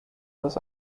was